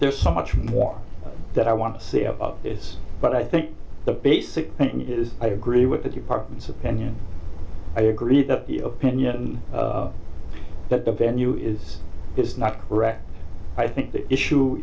there's so much more that i want to say about this but i think the basic thing is i agree with the department's opinion i agree that the opinion that the venue is is not correct i think the issue